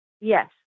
Yes